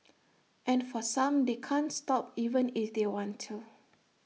and for some they can't stop even if they want to